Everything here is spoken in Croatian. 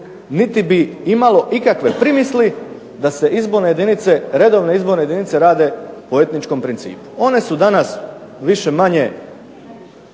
niti bi imalo ikakve primisli da se izborne jedinice, redovne izborne jedinice rade po etničkom principu. One su danas više-manje